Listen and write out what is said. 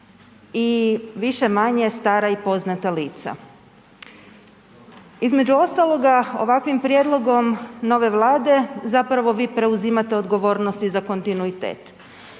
i više-manje stara i poznata lica. Između ostaloga, ovakvim prijedlogom nove Vlade zapravo vi preuzimate odgovornost i za kontinuitet,